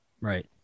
right